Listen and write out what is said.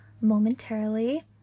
momentarily